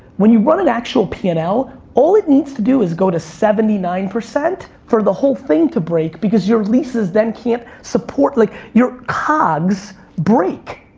when you run an actual p and l, all it needs to do is go to seventy nine percent for the whole thing to break because your leases then can't support, like your cogs break.